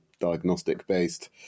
diagnostic-based